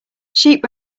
sheep